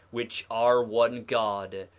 which are one god,